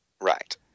Right